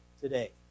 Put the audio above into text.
today